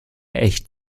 echt